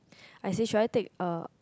I say should I take er